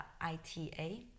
Ita